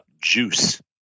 Juice